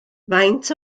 faint